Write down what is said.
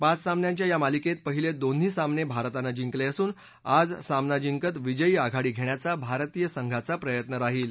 पाच सामन्यांच्या या मालिकेत पहिले दोन्ही सामने भारतानं जिंकले असून आज सामना जिंकत विजयी आघाडी घेण्याचा भारतीय संघाचा प्रयत्न राहील